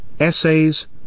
essays